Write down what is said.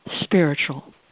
spiritual